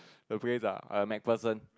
the place ah MacPherson